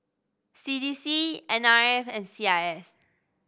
C D C N R F and C I S